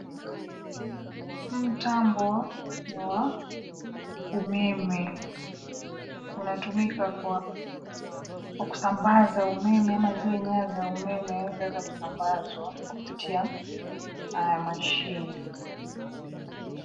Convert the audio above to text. Mtambo wa umeme unatumika kwa kusambaza umeme ama zile nyaya za umeme zaeza kusambazwa kupitia haya mashini.